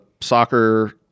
soccer